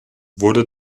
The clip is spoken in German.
wurde